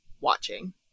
watching